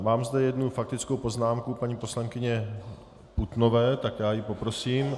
Mám zde jednu faktickou poznámku paní poslankyně Putnové, tak ji poprosím.